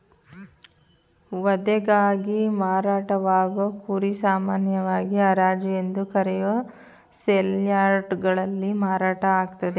ವಧೆಗಾಗಿ ಮಾರಾಟವಾಗೋ ಕುರಿ ಸಾಮಾನ್ಯವಾಗಿ ಹರಾಜು ಎಂದು ಕರೆಯೋ ಸೇಲ್ಯಾರ್ಡ್ಗಳಲ್ಲಿ ಮಾರಾಟ ಆಗ್ತದೆ